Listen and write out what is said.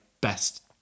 best